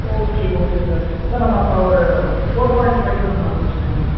okay okay sir sir நம்ம அப்போ ஒரு ஃபோர் பாய்ண்ட் ஃபைவ்வில் நம்ம முடிச்சுக்கலாம் சார்